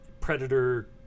predator